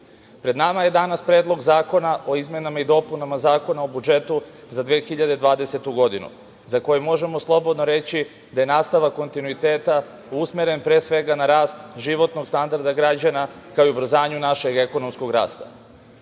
nama je danas Predlog zakona o izmenama i dopunama Zakona o budžetu za 2020. godinu, za koji možemo slobodno reći da je nastavak kontinuiteta usmeren pre svega na rast životnog standarda građana, kao i ubrzanju našeg ekonomskog rasta. Već